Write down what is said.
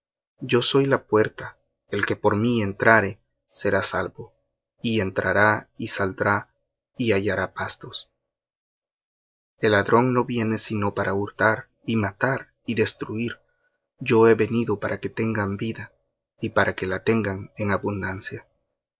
yo soy la puerta el que por mí entrare será salvo y entrará y saldrá y hallará pastos el ladrón no viene sino para hurtar y matar y destruir yo he venido para que tengan vida y para que tengan en abundancia